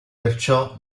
perciò